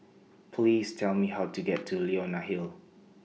Please Tell Me How to get to Leonie Hill